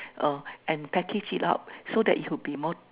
uh and package it up so that it would be more